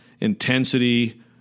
intensity